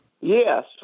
Yes